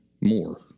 more